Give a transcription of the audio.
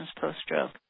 post-stroke